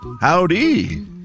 Howdy